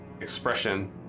Expression